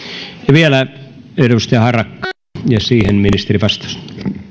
vielä edustaja harakka ja siihen ministerin vastaus